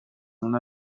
una